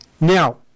Now